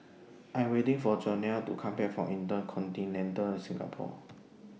I Am waiting For Jonell to Come Back from InterContinental Singapore